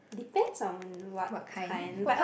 depends on what kind but